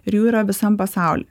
ir jų yra visam pasauly